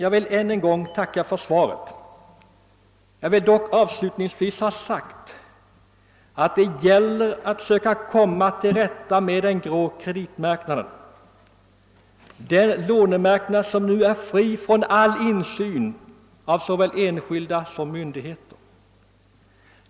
Jag vill än en gång tacka för svaret. Jag vill dock avslutningsvis ha sagt att det gäller att söka komma till rätta med den grå kreditmarknaden, en lånemarknad som nu är fri från all insyn både av enskilda och av myndigheter.